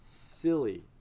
silly